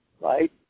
right